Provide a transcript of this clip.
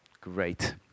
Great